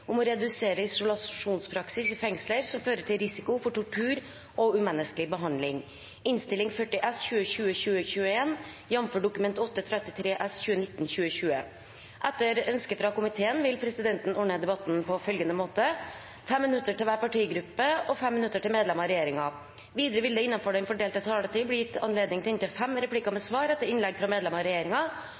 om ordet til sak nr. 2. Etter ønske fra justiskomiteen vil presidenten ordne debatten på følgende måte: 5 minutter til hver partigruppe og 5 minutter til medlemmer av regjeringen. Videre vil det – innenfor den fordelte taletid – bli gitt anledning til inntil fem replikker med svar etter innlegg fra medlemmer av